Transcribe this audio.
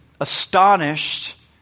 astonished